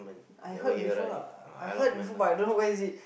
I heard before lah I heard before but I don't know where is it